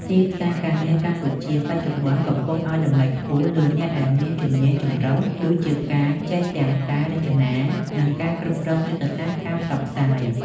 ទីផ្សារការងារកម្ពុជាបច្ចុប្បន្នកំពុងឱ្យតម្លៃខ្ពស់លើអ្នកដែលមានជំនាញចម្រុះ (Multi-skilled) ដូចជាការចេះទាំងការរចនា និងការគ្រប់គ្រងយុទ្ធនាការផ្សព្វផ្សាយ។